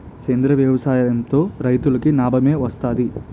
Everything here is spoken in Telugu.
సేంద్రీయ వ్యవసాయం తో రైతులకి నాబమే వస్తది